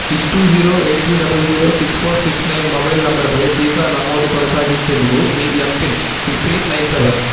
six two zero eight three double zero six four six nine mobile నంబర్పై టీకా నమోదు కొనసాగించేందుకు మీ mPIN six three nine seven